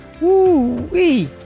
Woo-wee